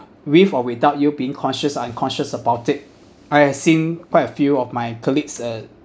with or without you being conscious unconscious about it I've seen quite a few of my colleagues uh